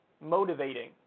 motivating